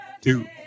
two